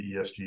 ESG